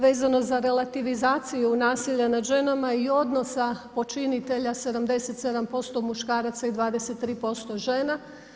Vezano za relativizaciju nasilja nad ženama i odnosa počinitelja, 77% muškaraca i 23% žena.